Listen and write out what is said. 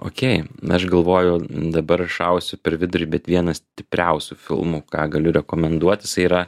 okei aš galvoju dabar šausiu per vidurį bet vienas stipriausių filmų ką galiu rekomenduot jisai yra